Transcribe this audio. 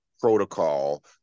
protocol